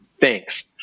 Thanks